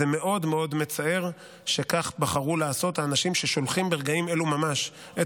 זה מאוד מאוד מצער שכך בחרו לעשות האנשים ששולחים ברגעים אלה ממש את